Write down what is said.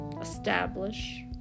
Establish